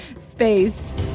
space